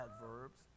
adverbs